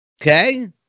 Okay